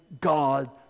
God